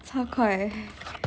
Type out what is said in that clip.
超快